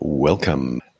Welcome